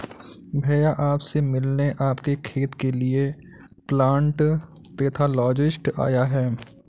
भैया आप से मिलने आपके खेत के लिए प्लांट पैथोलॉजिस्ट आया है